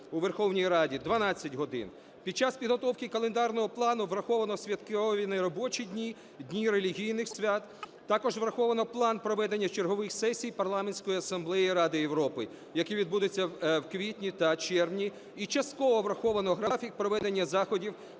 у Верховній Раді - 12 годин. Під час підготовки календарного плану враховано святкові, неробочі дні, дні релігійних свят. Також враховано план проведення чергових сесій Парламентської асамблеї Ради Європи, який відбудеться в квітні та червні. І частково враховано графік проведення заходів